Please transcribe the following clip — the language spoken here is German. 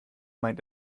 meint